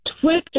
Twitter